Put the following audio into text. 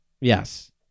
Yes